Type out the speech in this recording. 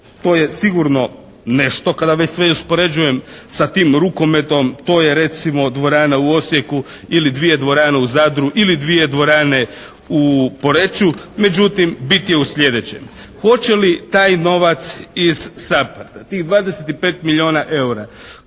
To je sigurno nešto kada već sve uspoređujem sa tim rukometom. To je recimo dvorana u Osijeku ili dvije dvorane u Zadru, ili dvije dvorane u Poreču. Međutim, bit je u sljedećem. Hoće li taj novac iz SAPARD-a, tih 25 milijuna eura